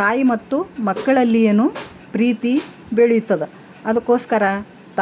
ತಾಯಿ ಮತ್ತು ಮಕ್ಕಳಲ್ಲಿ ಏನು ಪ್ರೀತಿ ಬೆಳಿತದೆ ಅದಕ್ಕೋಸ್ಕರ